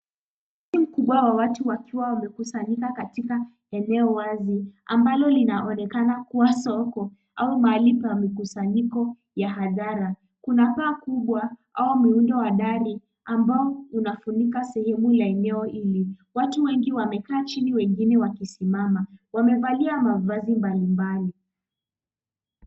Umati mkubwa wa watu wakiwa wamekusanyika katika eneo wazi ambalo linaonekana kuwa soko au mahali pa makusanyiko ya hadhara. Kuna paa kubwa wa miundo hadhari ambao unafunika sehemu ya eneo hili. Watu wengi wanakaa chini wengine wakisimama. Wamevalia mavazi mbalimbali.